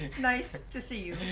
nice to see